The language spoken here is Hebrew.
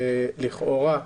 לכאורה,